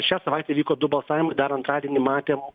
šią savaitę įvyko du balsavimai dar antradienį matėm